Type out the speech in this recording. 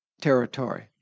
territory